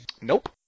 Nope